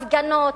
הפגנות,